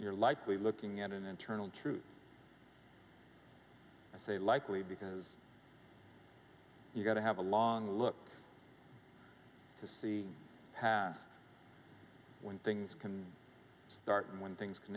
you're likely looking at an internal truth i say likely because you've got to have a long look to see when things can start and when things can